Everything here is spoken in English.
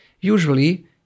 Usually